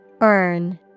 Earn